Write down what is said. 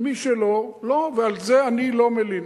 מי שלא, לא, ועל זה אני לא מלין.